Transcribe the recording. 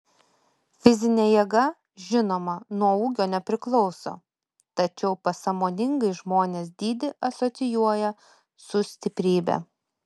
fizinė jėga žinoma nuo ūgio nepriklauso tačiau pasąmoningai žmonės dydį asocijuoja su stiprybe